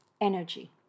energy